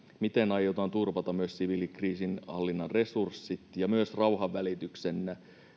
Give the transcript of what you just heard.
miten aiotaan turvata myös siviilikriisinhallinnan resurssit ja myös rauhanvälityksen